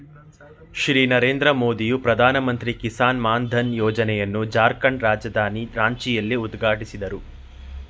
ಶ್ರೀ ನರೇಂದ್ರ ಮೋದಿಯು ಪ್ರಧಾನಮಂತ್ರಿ ಕಿಸಾನ್ ಮಾನ್ ಧನ್ ಯೋಜನೆಯನ್ನು ಜಾರ್ಖಂಡ್ ರಾಜಧಾನಿ ರಾಂಚಿಯಲ್ಲಿ ಉದ್ಘಾಟಿಸಿದರು